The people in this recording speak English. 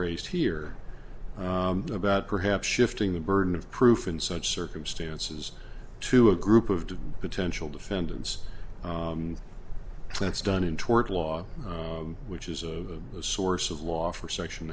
raised here about perhaps shifting the burden of proof in such circumstances to a group of potential defendants that's done in tort law which is the source of law for section